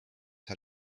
had